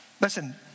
Listen